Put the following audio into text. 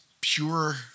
pure